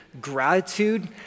gratitude